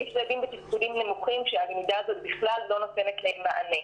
יש ילדים בתפקודים נמוכים שהלמידה הזאת בכלל לא נותנת להם מענה.